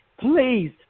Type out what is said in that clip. please